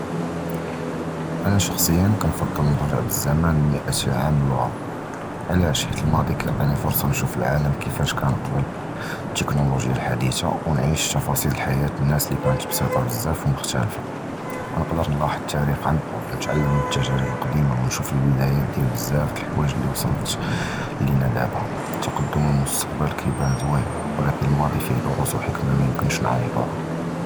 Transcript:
אָנָא שְחַחְסִיָּא קִנְפַצֵל נַרְגַּע בַּזְזְמַן לִמְאַה עָאם לַוּרַא, עַלַאש? חִית הַמַּאֻדִי קִיְעַטִי פְרְסַה נִשּוּף הַעָלַם כִּיפַאש קַאן קְבַּל, הַטֶּכְנוֹלוֹגְיָה הַחַדִית וְנַעִיש תַּפְסִיל חַיַאת הַנַּאס לִי קַאןְת בְּסִيطָה בְזַאפ וּמֻכְתַלֵפַה, קִנְקַדַּר נִלְחַס הַתַּארִיח עַן קִרְבּ, נִתְעַלַּם מִן הַתַּגְּרִיב הַקְּדִימָה וְנִשּוּף הַבְּדַאִיַאת דִיַּל בְזַאפ דַהַוִיג לִי וְסַלְסַל לִינָא דַאבָּא, הַתַּקַדֻּם וְהַמֻּסְתַקְבַּל קִיְבַּאן זְווִין וְלָקִין הַמַּאֻדִי פִיה דְּרוּס וְחַכְמָה מַיִּמְכַּנֵּש נִעְוַדּוּהָ.